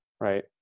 right